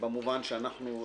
הכשרים.